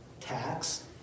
tax